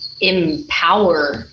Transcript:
empower